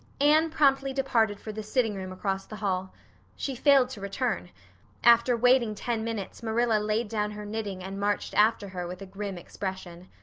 anne promptly departed for the sitting-room across the hall she failed to return after waiting ten minutes marilla laid down her knitting and marched after her with a grim expression.